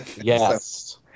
Yes